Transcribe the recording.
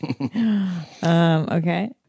Okay